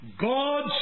God